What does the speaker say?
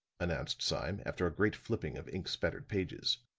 announced sime, after a great flipping of ink spattered pages,